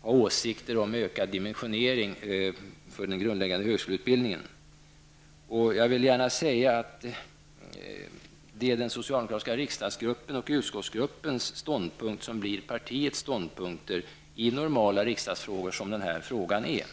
ha åsikter om ökad dimensionering av den grundläggande högskoleutbildningen. Jag vill gärna säga att det är den socialdemokratiska riksdagsgruppens och utskottsgruppens ståndpunkt som blir partiets ståndpunkt i normala riksdagsfrågor, som den här frågan är.